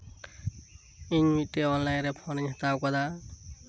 ᱤᱧ ᱢᱤᱫᱴᱮᱱ ᱚᱱᱞᱟᱭᱤᱱᱨᱮ ᱯᱷᱳᱱ ᱤᱧ ᱦᱟᱛᱟᱣ ᱟᱠᱟᱫᱟ